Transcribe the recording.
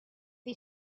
you